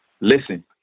Listen